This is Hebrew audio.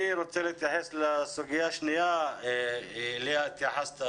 אני רוצה להתייחס לסוגיה השנייה שאליה התייחסת,